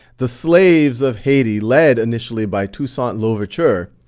the slaves of haiti led initially by toussaint louverture,